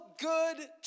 good